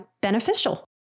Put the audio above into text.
beneficial